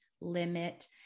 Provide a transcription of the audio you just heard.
limit